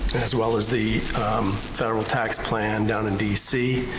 as well as the federal tax plan down in dc,